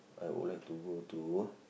I would like to go to